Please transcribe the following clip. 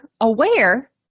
aware